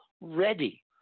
ready